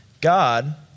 God